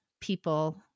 people